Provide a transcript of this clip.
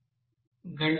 85 గంటల సమయం అవసరం